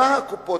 מה עושות הקופות?